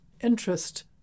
interest